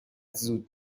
زود